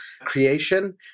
creation